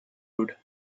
road